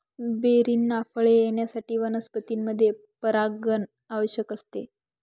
बेरींना फळे येण्यासाठी वनस्पतींमध्ये परागण आवश्यक असते